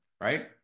right